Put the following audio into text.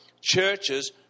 churches